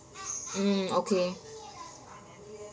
mm okay